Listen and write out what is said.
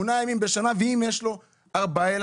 יש לו 8 ימים בשנה אבל מה אם יש לו 4 ילדים?